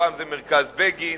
פעם זה מרכז בגין